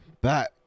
back